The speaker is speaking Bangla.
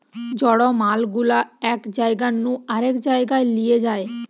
জড় মাল গুলা এক জায়গা নু আরেক জায়গায় লিয়ে যায়